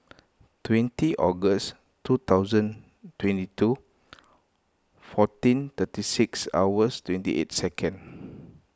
twenty August two thousand twenty two fourteen thirty six hours twenty eight second